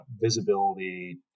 Visibility